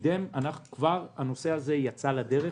כבר קידם חוק, והנושא הזה יצא לדרך